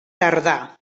tardà